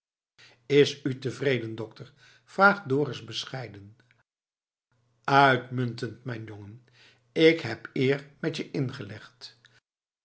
is u tevreden dokter vraagt dorus bescheiden uitmuntend mijn jongen k heb eer met je ingelegd